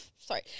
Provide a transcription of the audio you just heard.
Sorry